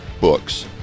books